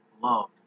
loved